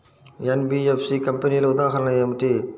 NBFC కంపెనీల ఉదాహరణ ఏమిటి?